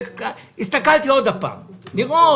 הסתכלתי שוב לראות,